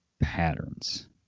patterns